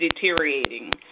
deteriorating